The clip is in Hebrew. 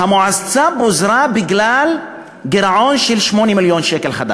המועצה פוזרה בגלל גירעון של 8 מיליון ש"ח.